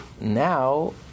now